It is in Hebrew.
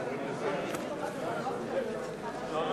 הצעת סיעת האיחוד הלאומי להביע אי-אמון בממשלה לא נתקבלה.